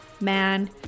man